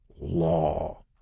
law